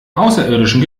außerirdischen